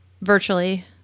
virtually